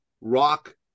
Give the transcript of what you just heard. rock